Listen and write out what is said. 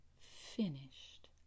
finished